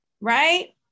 right